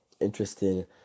interesting